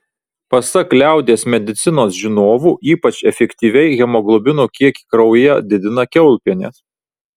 pasak liaudies medicinos žinovų ypač efektyviai hemoglobino kiekį kraujyje didina kiaulpienės